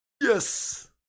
Yes